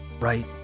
Right